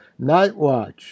Nightwatch